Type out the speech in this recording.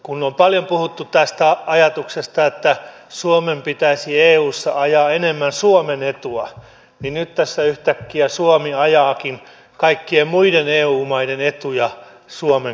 kun on paljon puhuttu tästä ajatuksesta että suomen pitäisi eussa ajaa enemmän suomen etua niin nyt tässä yhtäkkiä suomi ajaakin kaikkien muiden eu maiden etuja suomen kustannuksella